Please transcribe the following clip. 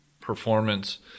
performance